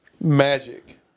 Magic